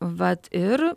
vat ir